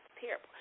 Terrible